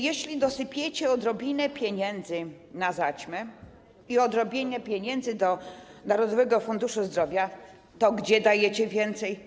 Jeśli dosypiecie odrobinę pieniędzy na zaćmę i odrobinę pieniędzy do Narodowego Funduszu Zdrowia, to gdzie dacie więcej?